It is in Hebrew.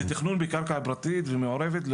זה תכנון בקרקע פרטית ומעורבת,